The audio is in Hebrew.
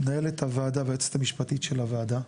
מנהלת הוועדה והיועצת המשפטית של הוועדה,